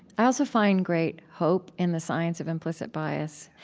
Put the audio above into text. i also find great hope in the science of implicit bias.